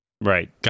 Right